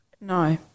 No